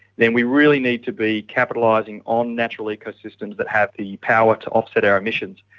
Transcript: then we really need to be capitalising on natural ecosystems that have the power to offset our emissions.